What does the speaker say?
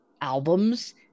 albums